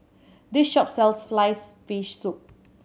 this shop sells sliced fish soup